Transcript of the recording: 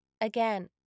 Again